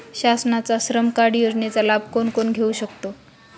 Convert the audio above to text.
शासनाच्या श्रम कार्ड योजनेचा लाभ कोण कोण घेऊ शकतो?